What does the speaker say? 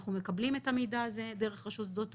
אנחנו מקבלים את המידע הזה דרך רשות שדות התעופה,